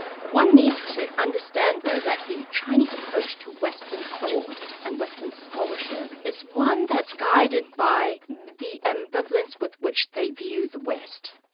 one needs to understand though, that the chinese approach to western thought and western scholarship is one that's guided by the ambivalence with which they view the west.